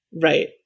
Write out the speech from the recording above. Right